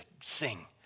sing